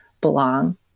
belong